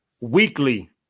weekly